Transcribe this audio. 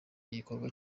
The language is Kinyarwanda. ikorwa